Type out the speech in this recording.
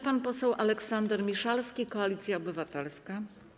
Pan poseł Aleksander Miszalski, Koalicja Obywatelska.